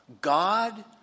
God